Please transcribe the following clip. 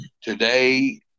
Today